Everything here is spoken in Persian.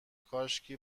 کاشکی